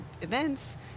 events